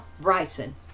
Bryson